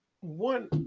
one